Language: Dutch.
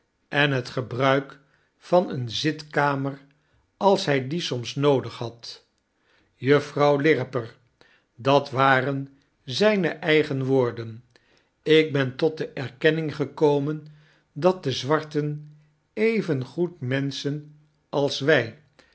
en het gebruik van eene zitkamer als hy die soms noodig had n juffrouw lirriper dat waren zyne eigen woordenikbentotdeerkenning gekomen dat de zwarten evengoed menschen als wy